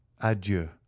adieu